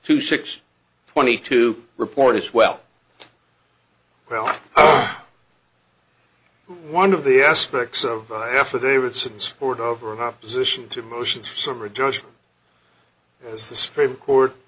two six twenty two reporters well well one of the aspects of affidavits and support over in opposition to motions for summary judgment as the supreme court